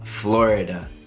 Florida